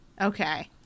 Okay